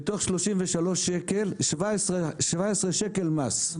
מתוך 33 שקלים, 17 שקלים מס.